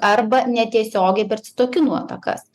arba netiesiogiai per citokinų atakas